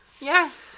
Yes